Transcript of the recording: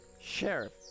Sheriff